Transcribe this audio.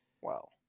Wow